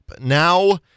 now